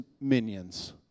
minions